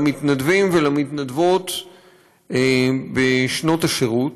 למתנדבים ולמתנדבות בשנות השירות,